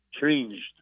changed